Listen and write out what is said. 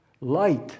light